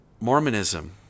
Mormonism